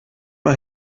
mal